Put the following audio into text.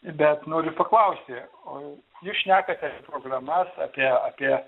bet noriu paklausti o jūs šnekatės programa atėjo apie